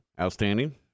Outstanding